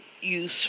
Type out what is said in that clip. use